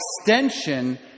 extension